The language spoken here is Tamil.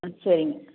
ஆ சரிங்க